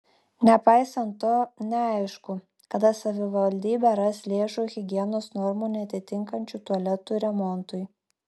nepaisant to neaišku kada savivaldybė ras lėšų higienos normų neatitinkančių tualetų remontui